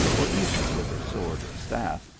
or even with a sword or staff,